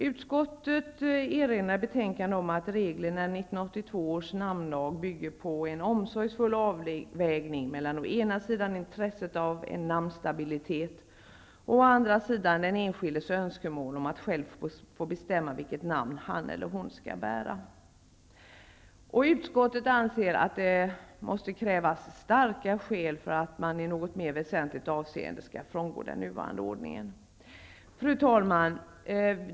Utskottet erinrar i betänkandet om att reglerna i 1982 års namnlag bygger på en omsorgsfull avvägning mellan å ena sidan intresset av en namnstabilitet och å andra sidan den enskildes önskemål om att själv få bestämma vilket namn han eller hon skall bära. Utskottet anser att det måste krävas starka skäl för att man i något mer väsentligt avseende skall frångå den nuvarande ordningen. Fru talman!